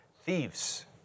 Thieves